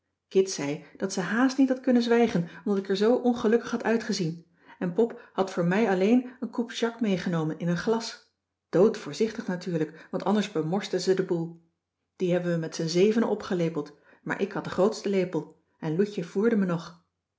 kit zei dat ze haast niet had kunnen zwijgen omdat ik er zoo ongelukkig had uitgezien en pop had voor mij alleen een coup jacques meegenomen in een glas doodvoorzichtig natuurlijk want anders bemorste ze den boel die hebben we met z'n zevenen opgelepeld maar ik had den grootsten lepel en loutje voerde me nog